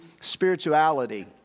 spirituality